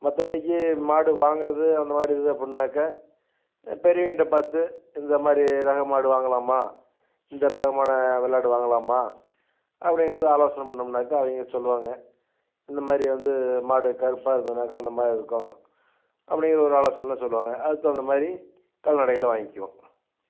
மற்றபடிக்கி மாடு வாங்குறது அந்த மாதிரி இது அப்புடின்னாக்கா பெரியவங்ககிட்ட பார்த்து இந்த மாதிரி ரக மாடு வாங்கலாமா இந்த ரகமான வெள்ளாடு வாங்கலாமா அப்படிங்கிறத ஆலோசனை பண்ணோம்னாக்கா அவங்க சொல்லுவாங்க இந்த மாதிரி வந்து மாடு கருப்பாக இருந்ததுன்னாக்கா அந்த மாதிரி இருக்கும் அப்படின்னு ஒரு ஆலோசனையெலாம் சொல்லுவாங்க அதுக்கு தகுந்த மாதிரி கால்நடைகளை வாங்கிக்குவோம்